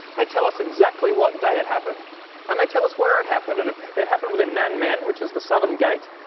they tell us exactly what day it happened and they tell us where it happened. and it happened within nanmen, which is the southern gate.